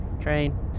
Train